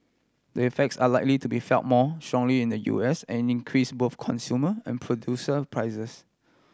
the effects are likely to be felt more strongly in the U S and increase both consumer and producer prices